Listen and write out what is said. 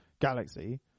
galaxy